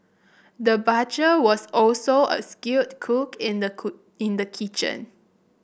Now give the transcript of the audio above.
the butcher was also a skilled cook in the cook in the kitchen